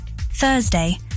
Thursday